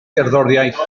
gerddoriaeth